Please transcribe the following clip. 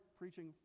preaching